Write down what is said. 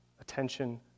attention